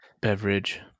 beverage